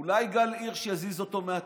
אולי גל הירש יזיז אותו מהתפקיד,